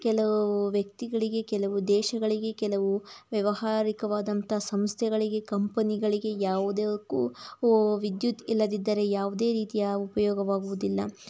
ಕೆಲವು ವ್ಯಕ್ತಿಗಳಿಗೆ ಕೆಲವು ದೇಶಗಳಿಗೆ ಕೆಲವು ವ್ಯವಹಾರಿಕವಾದಂತ ಸಂಸ್ಥೆಗಳಿಗೆ ಕಂಪನಿಗಳಿಗೆ ಯಾವುದಕ್ಕೂ ವಿದ್ಯುತ್ ಇಲ್ಲದಿದ್ದರೆ ಯಾವುದೇ ರೀತಿಯ ಉಪಯೋಗವಾಗುವುದಿಲ್ಲ